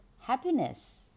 happiness